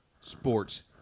sports